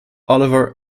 oliver